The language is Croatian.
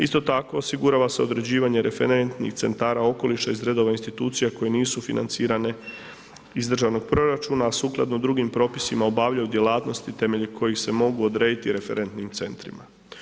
Isto tako osigurava se određivanje referentnih centara okoliša iz redova institucija koje nisu financirane iz državnog proračuna a sukladno drugim propisima obavljaju djelatnosti temeljem kojih se mogu odrediti referentnim centrima.